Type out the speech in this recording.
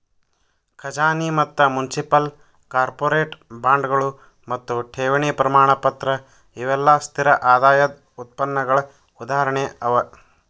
ಖಜಾನಿ ಮತ್ತ municipal, corporate ಬಾಂಡ್ಗಳು ಮತ್ತು ಠೇವಣಿ ಪ್ರಮಾಣಪತ್ರ ಇವೆಲ್ಲಾ ಸ್ಥಿರ ಆದಾಯದ್ ಉತ್ಪನ್ನಗಳ ಉದಾಹರಣೆ ಅವ